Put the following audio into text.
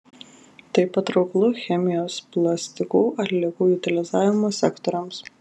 tai patrauklu chemijos plastikų atliekų utilizavimo sektoriams